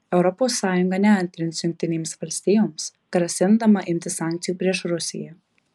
europos sąjunga neantrins jungtinėms valstijoms grasindama imtis sankcijų prieš rusiją